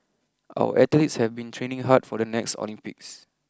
our athletes have been training hard for the next Olympics